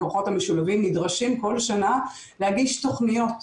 הכוחות המשולבים נדרשים כל שנה להגיש תוכניות